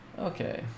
okay